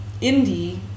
Indie